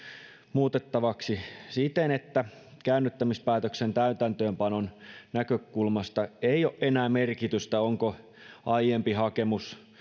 muutettavaksi siten että käännyttämispäätöksen täytäntöönpanon näkökulmasta ei ole enää merkitystä onko aiempi hakemus